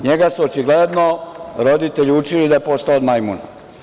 NJega su očigledno roditelji učili da je postao od majmuna.